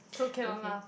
so cannot laugh